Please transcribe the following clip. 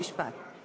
משפט.